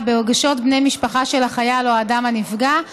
ברגשות בני משפחה של החייל או האדם הנפגע,